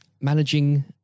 managing